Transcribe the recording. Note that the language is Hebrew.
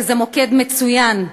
וזה מוקד מצוין,